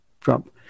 Trump